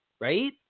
Right